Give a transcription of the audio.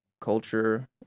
culture